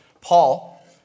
Paul